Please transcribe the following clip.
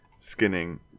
skinning